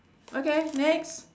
okay next